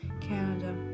Canada